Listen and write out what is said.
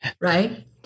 Right